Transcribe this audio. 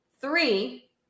Three